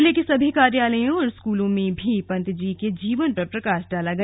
जिले के सभी कर्यालयों और स्कूलों में भी पंत जी के जीवन पर प्रकाश डाला गया